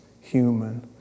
human